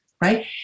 right